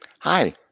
Hi